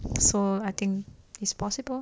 so I think it's possible